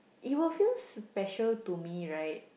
it will feel special to me right